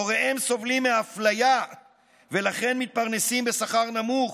הוריהם סובלים מאפליה ולכן מתפרנסים בשכר נמוך.